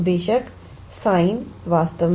तो बेशक sin वास्तव में